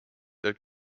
that